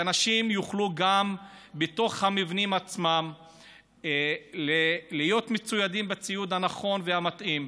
שאנשים יוכלו גם בתוך המבנים עצמם להיות מצוידים בציוד הנכון והמתאים.